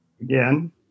again